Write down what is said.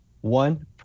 One